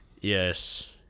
Yes